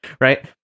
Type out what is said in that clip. right